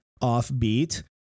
offbeat